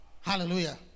Hallelujah